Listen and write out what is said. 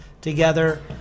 together